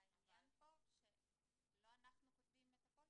העניין פה שלא אנחנו כותבים את הפוליסה.